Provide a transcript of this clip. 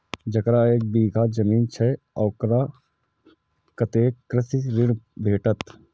जकरा एक बिघा जमीन छै औकरा कतेक कृषि ऋण भेटत?